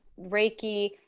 Reiki